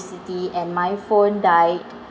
~tricity and my phone died